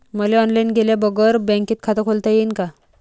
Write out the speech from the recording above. मले ऑनलाईन गेल्या बगर बँकेत खात खोलता येईन का?